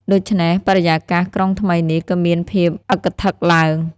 ដូច្នេះ បរិយាកាសក្រុងថ្មីនេះ ក៏មានភាពឣ៊ឹកធឹកឡើង ។